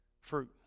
Fruit